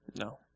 No